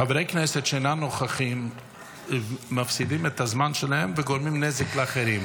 חברי כנסת שאינם נוכחים מפסידים את הזמן שלהם וגורמים נזק לאחרים,